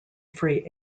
free